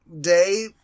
day